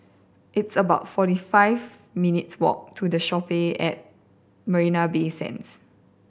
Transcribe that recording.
it's about fifty four minutes' walk to The Shoppes at Marina Bay Sands